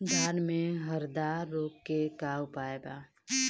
धान में हरदा रोग के का उपाय बा?